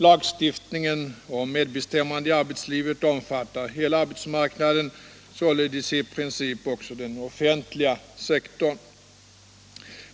Lagstiftningen om medbestämmande i arbetslivet omfattar hela arbetsmarknaden, således i princip även den offentliga sektorn.